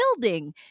building